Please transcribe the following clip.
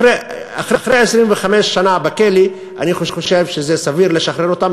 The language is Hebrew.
אחרי 25 שנה בכלא אני חושב שסביר לשחרר אותם,